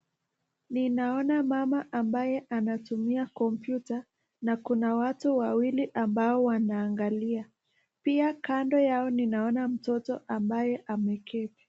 Ninaona mama ambaye anatumia kompyuta na kuna watu wawili ambao wanaangalia. Pia kando yao ninaona mtoto ambaye ameketi.